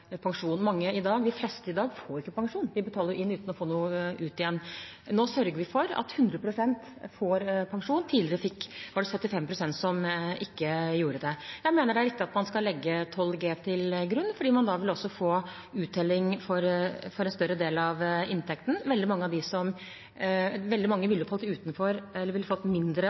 ikke pensjon. De betaler inn uten å få noe ut igjen. Nå sørger vi for at 100 pst. får pensjon. Tidligere var det 75 pst. som ikke gjorde det. Jeg mener det er riktig at man skal legge 12G til grunn, fordi man da også vil få uttelling for en større del av inntekten. Veldig mange